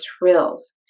thrills